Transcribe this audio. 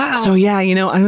yeah so, yeah. you know i